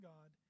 God